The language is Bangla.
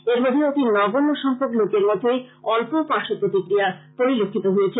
এরমধ্যে অতি নগণ্য সংখ্যক লোকের মধ্যেই অল্প পার্শ্বপ্রতিক্রিয়া পরিলক্ষিত হয়েছে